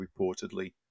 reportedly